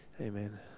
amen